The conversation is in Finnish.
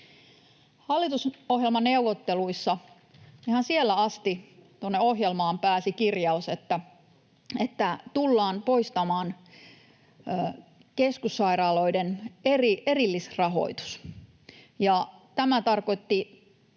Hallitusohjelmaneuvotteluissa, ihan siellä asti, tuonne ohjelmaan pääsi kirjaus, että tullaan poistamaan keskussairaaloiden erillisrahoitus. Se ei